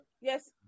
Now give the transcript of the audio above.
Yes